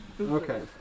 Okay